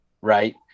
right